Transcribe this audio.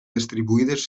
distribuïdes